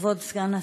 כבוד סגן השר,